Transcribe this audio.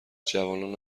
جوانان